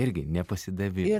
irgi nepasidavėt